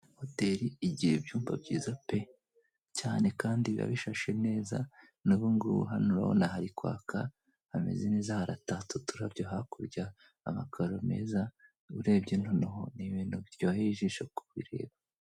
Hoteli igira ibyumba byiza pe! cyane kandi biba bishashe neza n'ubu ngubu hano urabonahari kwaka hameze neza haratatse uturabyo hakurya, amakaro meza, urebye noneho ni ibintu biryoheye ijisho kubireba.